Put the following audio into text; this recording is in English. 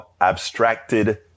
abstracted